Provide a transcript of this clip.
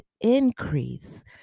increase